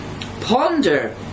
Ponder